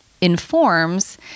informs